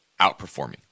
outperforming